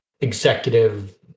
executive